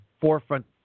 forefront